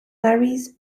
marries